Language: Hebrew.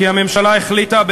כי הממשלה החליטה,